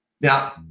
Now